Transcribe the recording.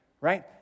right